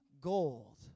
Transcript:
gold